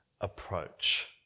approach